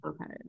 Okay